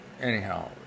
Anyhow